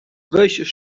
weź